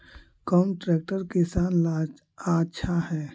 कौन ट्रैक्टर किसान ला आछा है?